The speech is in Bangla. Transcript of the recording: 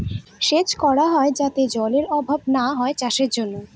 সেচ করে যাতে জলেরর অভাব না হয় চাষের জন্য